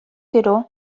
gero